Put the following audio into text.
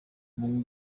umuntu